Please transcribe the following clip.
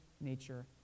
nature